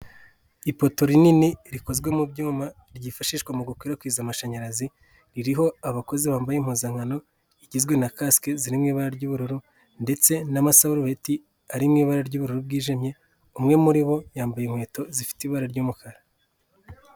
Ipoto rinini rikozwe mu byuma ryifashishwa mu gukwirakwiza amashanyarazi, ririho abakozi bambaye impuzankano igizwe na kasike zirimo ibara ry'ubururu ndetse n'amasarobeti ari mu ibara ry'ubururu bwijimye, umwe muri bo yambaye inkweto zifite ibara ry'umukara.